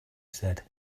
said